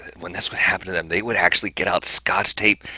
when that's what happened to them, they would actually get out scotch tape,